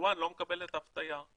טייוואן לא מקבלת אף תייר,